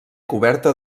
coberta